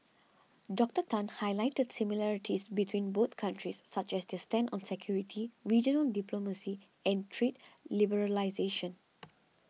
Doctor Tan highlighted similarities between both countries such as their stand on security regional diplomacy and trade liberalisation